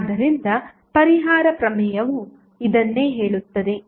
ಆದ್ದರಿಂದ ಪರಿಹಾರ ಪ್ರಮೇಯವು ಇದನ್ನೇ ಹೇಳುತ್ತದೆ